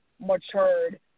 matured